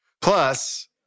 Plus